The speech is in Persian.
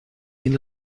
این